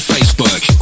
Facebook